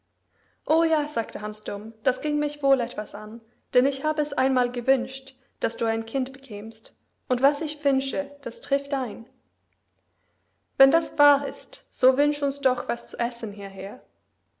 o ja sagte hans dumm das ging mich wohl etwas an denn ich habe es einmal gewünscht daß du ein kind bekämst und was ich wünsche das trifft ein wenn das wahr ist so wünsch uns doch was zu essen hierher